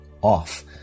off